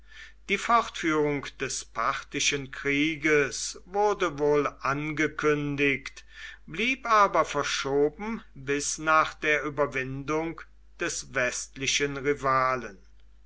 die fortführung des parthischen krieges wurde wohl angekündigt blieb aber verschoben bis nach der überwindung des westlichen rivalen